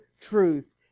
truth